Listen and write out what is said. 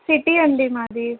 city అండి మాది